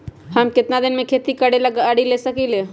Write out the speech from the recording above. हम केतना में खेती करेला गाड़ी ले सकींले?